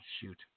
shoot